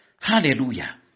Hallelujah